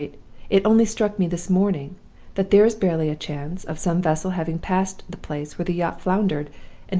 it only struck me this morning that there is barely a chance of some vessel having passed the place where the yacht foundered,